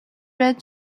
read